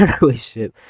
relationship